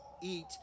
eat